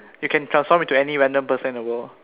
you can transform into any random person in the world